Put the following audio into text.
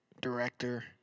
director